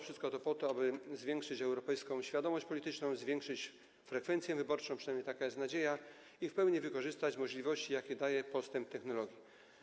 Wszystko to po to, aby zwiększyć europejską świadomość polityczną, zwiększyć frekwencję wyborczą - przynajmniej taka jest nadzieja - i w pełni wykorzystać możliwości, jakie daje postęp technologii.